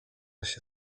się